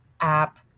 app